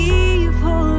evil